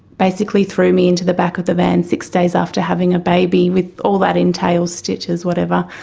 basically threw me into the back of the van six days after having a baby, with all that entails, stitches, whatever.